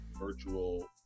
virtual